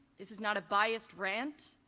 this is not a biased rant.